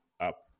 up